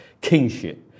kingship